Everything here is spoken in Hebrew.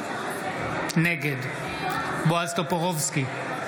נגד בועז טופורובסקי,